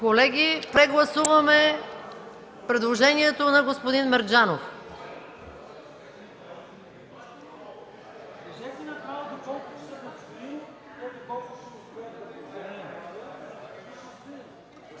Колеги, прегласуваме предложението на господин Мерджанов.